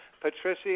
Patricia